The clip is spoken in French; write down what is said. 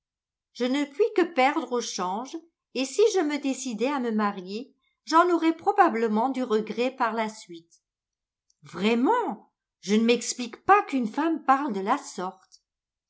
je ne puis que perdre au change et si je me décidais à me marier j'en aurais probablement du regret par la suite vraiment je ne m'explique pas qu'une femme parle de la sorte